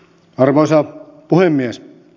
arvoisa puhemies